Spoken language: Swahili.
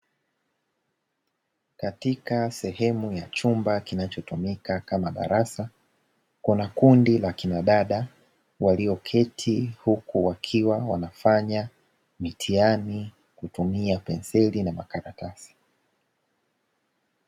Katika sehemu ya chumba kinachotumika kama darasa, kuna kundi la akina dada walioketi huku wakiwa wanafanya mitihani kwa kutumia penseli na makaratasi.